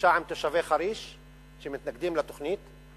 בפגישה עם תושבי חריש שמתנגדים לתוכנית,